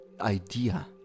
idea